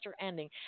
ending